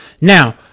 Now